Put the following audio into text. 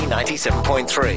97.3